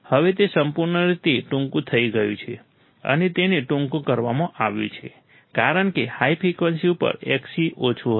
હવે તે સંપૂર્ણ રીતે ટૂંકું થઈ ગયું છે અને તેને ટૂંકું કરવામાં આવ્યું છે કારણ કે હાઈ ફ્રિકવન્સી ઉપર Xc ઓછું હશે